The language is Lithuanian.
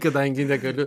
kadangi negaliu